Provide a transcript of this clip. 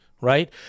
right